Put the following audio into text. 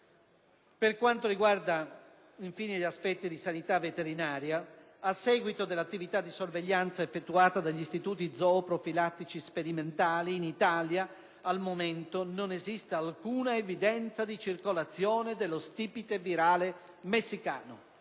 Per quanto riguarda infine gli aspetti di sanità veterinaria, a seguito dell'attività di sorveglianza effettuata dagli Istituti zooprofilattici sperimentali, in Italia, al momento, non esiste alcuna evidenza di circolazione dello stipite virale messicano.